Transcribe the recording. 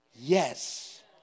yes